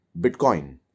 Bitcoin